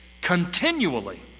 continually